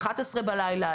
23:00 בלילה,